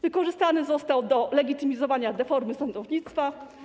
Wykorzystany został do legitymizowania deformy sądownictwa.